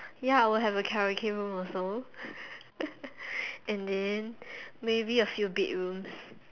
ya I will have a Karaoke room also and then maybe a few bedrooms